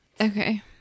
Okay